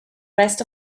rest